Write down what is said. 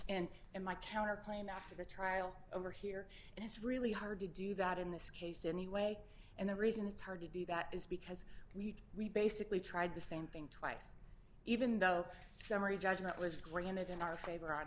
and in my counter claim after the trial over here and it's really hard to do that in this case anyway and the reason it's hard to do that is because we basically tried the same thing twice even though summary judgment was granted in our favor on